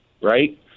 right